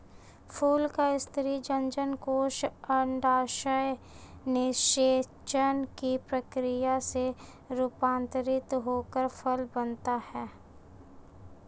फूल का स्त्री जननकोष अंडाशय निषेचन की प्रक्रिया से रूपान्तरित होकर फल बनता है